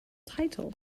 title